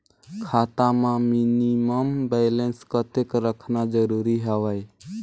खाता मां minimum balance कतेक रखना जरूरी हवय?